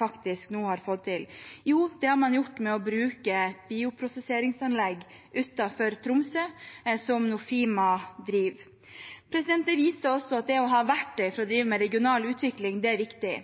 faktisk nå har fått til? Jo, det har man gjort ved å bruke bioprosesseringsanlegget utenfor Tromsø som Nofima driver. Det viser også at det å ha verktøy for å drive med regional utvikling er viktig.